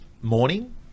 morning